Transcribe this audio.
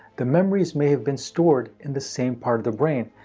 the memories may have been stored in the same part of the brain,